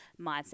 mindset